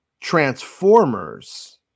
Transformers